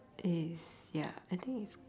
is ya I think it's